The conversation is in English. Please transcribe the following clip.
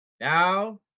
Now